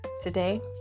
Today